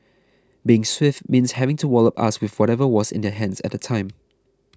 being swift means having to wallop us with whatever was in their hands at the time